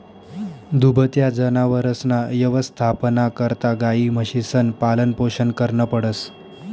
दुभत्या जनावरसना यवस्थापना करता गायी, म्हशीसनं पालनपोषण करनं पडस